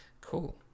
Cool